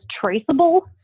traceable